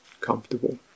comfortable